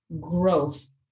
growth